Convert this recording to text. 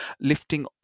lifting